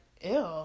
ew